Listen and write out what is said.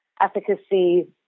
efficacy